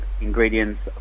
ingredients